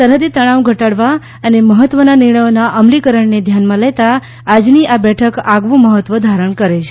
સરહદે તણાવ ઘટાડવા અને મહત્વના નિર્ણયોના અમલીકરણને ધ્યાનમાં લેતા આજની આ બેઠક આગવું મહત્વ ધારણ કરે છે